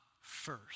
first